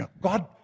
God